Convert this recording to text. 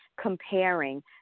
comparing